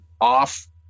off